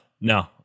No